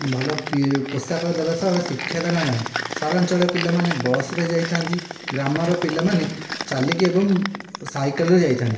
ଭଲ ପି ପୋଷାକ ଦେବା ସହ ଶିକ୍ଷାଦାନ ନାହିଁ ସହରାଞ୍ଚଳ ପିଲାମାନେ ବସ୍ରେ ଯାଇଥାନ୍ତି ଗ୍ରାମର ପିଲାମାନେ ଚାଲିକି ଏବଂ ସାଇକଲରେ ଯାଇଥାଆନ୍ତି